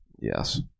Yes